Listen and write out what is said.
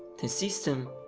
then system